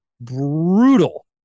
brutal